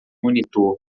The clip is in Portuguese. monitor